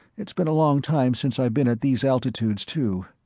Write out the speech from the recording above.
it's been a long time since i've been at these altitudes, too.